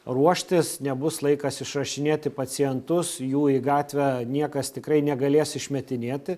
ruoštis nebus laikas išrašinėti pacientus jų į gatvę niekas tikrai negalės išmetinėti